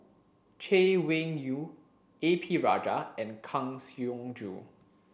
Chay Weng Yew A P Rajah and Kang Siong Joo